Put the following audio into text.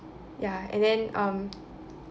ya and then um